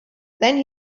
then